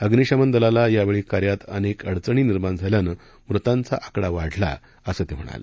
अग्नीशमन दलाला यावेळी कार्यात अनेक अडचणी निर्माण झाल्यानं मृतांचा आकडा वाढला असं ते म्हणाले